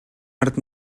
ард